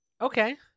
Okay